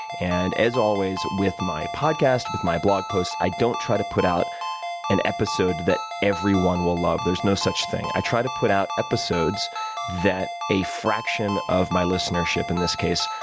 and as always, with my podcast, with my blog posts, i don't try to put out an episode that everyone will love. there's no such thing. i try to put out episodes that a fraction of my listenership, in this case,